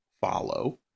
follow